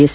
S